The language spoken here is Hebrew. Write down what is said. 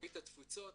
בית התפוצות.